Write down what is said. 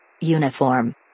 Uniform